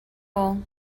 all